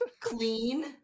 clean